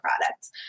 products